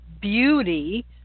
beauty